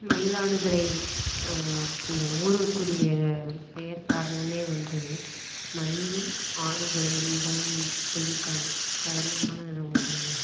மயிலாடுதுறை இந்த ஊருக்குரிய பெயர் காரணமே வந்து மயிலும் ஆடுதுறையுந்தான் சொல்லியிருக்காங்க பழமையான ஊர்